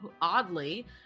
oddly